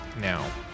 now